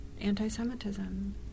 anti-Semitism